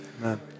Amen